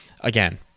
Again